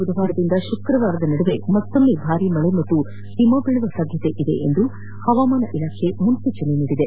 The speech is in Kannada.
ಬುಧವಾರದಿಂದ ಶುಕ್ರವಾರದ ನಡುವೆ ಮತ್ತೊಮ್ನೆ ಭಾರೀ ಮಳೆ ಹಾಗೂ ಹಿಮ ಬೀಳುವ ಸಾಧ್ಯತೆಯಿದೆ ಎಂದು ಹವಾಮಾನ ಇಲಾಖೆ ಮುನ್ನೂಚನೆ ನೀಡಿದೆ